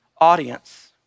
audience